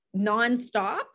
nonstop